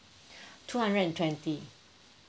two hundred and twenty